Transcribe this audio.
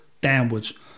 downwards